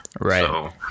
right